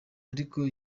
ariko